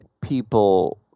people